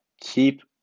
Keep